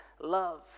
love